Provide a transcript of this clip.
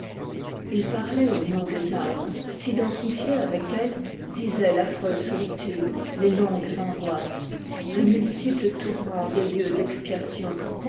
ils parlaient au nom des âmes s'identifiaient avec elles disaient l'affreuse solitude les longues angoisses les multiples tourments des lieux d'expiation